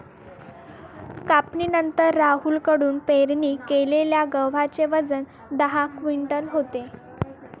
कापणीनंतर राहुल कडून पेरणी केलेल्या गव्हाचे वजन दहा क्विंटल होते